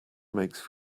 makes